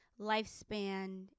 lifespan